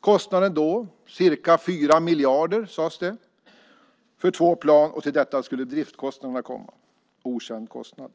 Kostnaden då var, sades det, ca 4 miljarder för två plan. Dessutom skulle driftskostnaden tillkomma - okänd kostnad.